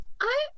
I-